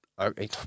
Okay